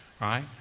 right